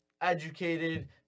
educated